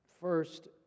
First